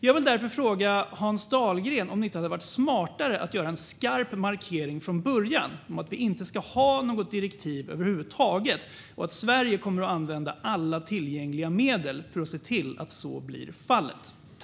Jag vill därför fråga Hans Dahlgren om det inte hade varit smartare att göra en skarp markering från början om att vi inte ska ha något direktiv över huvud taget och att Sverige kommer att använda alla tillgängliga medel för att se till att så blir fallet.